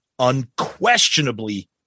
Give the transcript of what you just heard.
unquestionably